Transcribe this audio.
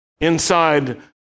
inside